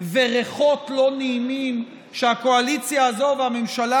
וריחות לא נעימים שהקואליציה הזאת והממשלה